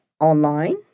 online